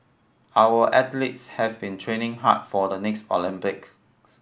our athletes have been training hard for the next Olympics